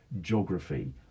geography